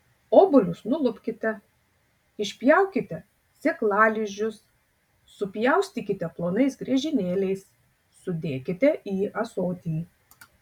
obuolius nulupkite išpjaukite sėklalizdžius supjaustykite plonais griežinėliais sudėkite į ąsotį